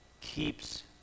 keeps